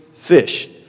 fish